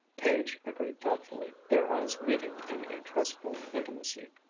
page agreed thoughtfully, their eyes meeting in a trustful intimacy.